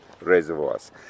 Reservoirs